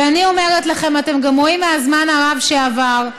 ואני אומרת לכם, אתם רואים גם מהזמן הרב שעבר,